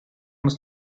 muss